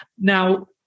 Now